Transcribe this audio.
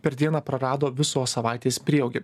per dieną prarado visos savaitės prieaugį